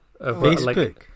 Facebook